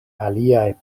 aliaj